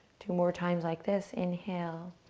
two more times like this, inhale